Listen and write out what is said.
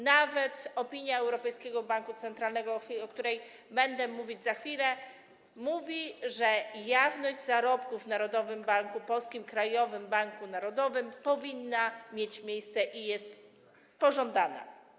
Nawet z opinii Europejskiego Banku Centralnego, o której będę mówić za chwilę, wynika, że jawność zarobków w Narodowym Banku Polskim, krajowym banku narodowym, powinna mieć miejsce i jest pożądana.